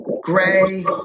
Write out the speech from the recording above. Gray